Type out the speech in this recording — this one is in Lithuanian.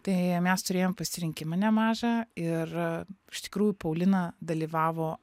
tai mes turėjom pasirinkimą nemažą ir iš tikrųjų paulina dalyvavo